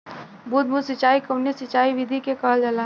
बूंद बूंद सिंचाई कवने सिंचाई विधि के कहल जाला?